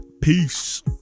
Peace